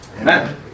amen